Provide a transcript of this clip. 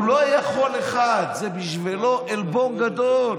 הוא לא יכול אחד, זה בשבילו עלבון גדול,